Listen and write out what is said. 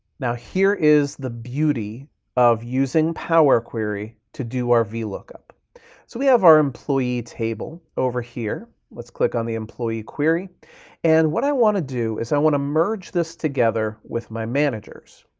now, here is the beauty of using power query to do our vlookup. so we have our employee table over here. let's click on the employee query and what i wanna do is i wanna merge this together with my managers.